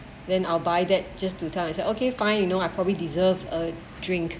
then I'll buy that just to tell and said okay fine you know I probably deserve a drink